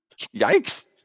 yikes